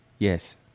Yes